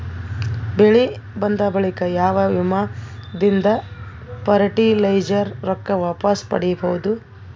ಬೆಳಿ ಬಂದ ಬಳಿಕ ಯಾವ ವಿಮಾ ದಿಂದ ಫರಟಿಲೈಜರ ರೊಕ್ಕ ವಾಪಸ್ ಪಡಿಬಹುದು?